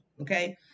Okay